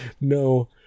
no